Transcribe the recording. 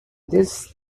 this